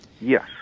Yes